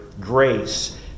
grace